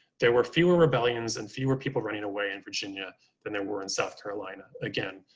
there were fewer rebellions and fewer people running away in virginia than there were in south carolina. again,